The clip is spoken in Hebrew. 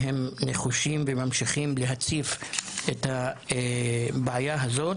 שנחושים וממשיכים להציף את הבעיה הזאת.